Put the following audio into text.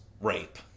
rape